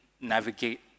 navigate